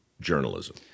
journalism